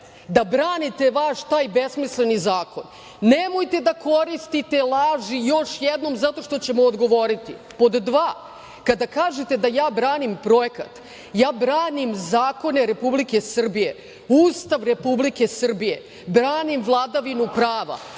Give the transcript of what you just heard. da branite vaš taj besmisleni zakon, nemojte da koristite laži, još jednom, zato što ćemo odgovoriti. Pod dva, kada kažete da ja branim projekat, ja branim zakone Republike Srbije, Ustav Republike Srbije, branim vladavinu prava.